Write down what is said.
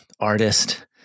artist